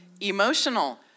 emotional